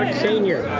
ah senior